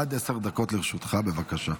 עד עשר דקות לרשותך, בבקשה.